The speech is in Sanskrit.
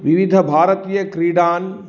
विविध भारतीयक्रीडान्